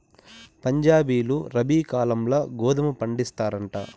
పంజాబీలు రబీ కాలంల గోధుమ పండిస్తారంట